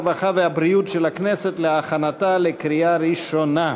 הרווחה והבריאות של הכנסת להכנתה לקריאה הראשונה.